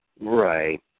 Right